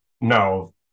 No